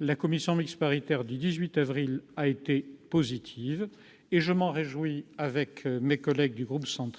La commission mixte paritaire du 18 avril a été positive, ce dont je me réjouis avec mes collègues du groupe Union